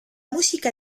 musica